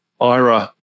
IRA